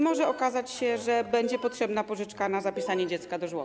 Może okazać się, że będzie potrzebna pożyczka na zapisanie dziecka do żłobka.